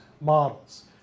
models